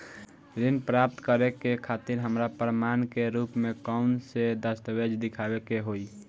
ऋण प्राप्त करे के खातिर हमरा प्रमाण के रूप में कउन से दस्तावेज़ दिखावे के होइ?